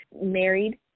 married